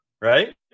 right